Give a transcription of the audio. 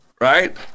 right